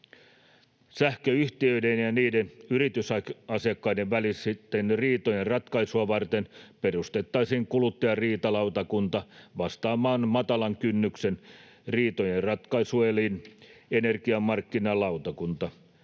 Sähköyhtiöiden ja niiden yritysasiakkaiden välisten riitojen ratkaisua varten perustettaisiin kuluttajariitalautakuntaa vastaava matalan kynnyksen riitojenratkaisuelin, energiamarkkinariitalautakunta.